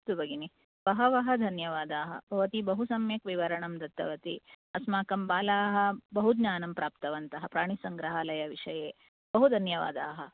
अस्तु भगिनी बहवः धन्यवादाः भवती बहु सम्यक् विवरणं दत्तवती अस्माकं बालाः बहुज्ञानं प्राप्तवन्तः प्राणीसंग्रहालय विषये बहु धन्यवादाः